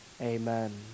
Amen